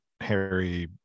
harry